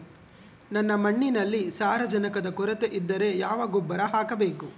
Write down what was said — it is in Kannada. ನನ್ನ ಮಣ್ಣಿನಲ್ಲಿ ಸಾರಜನಕದ ಕೊರತೆ ಇದ್ದರೆ ಯಾವ ಗೊಬ್ಬರ ಹಾಕಬೇಕು?